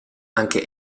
anche